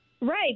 Right